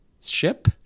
ship